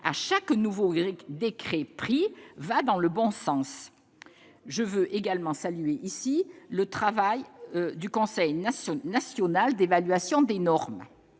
à chaque nouveau décret pris va dans le bon sens. Je veux également saluer ici le travail du Conseil national d'évaluation des normes.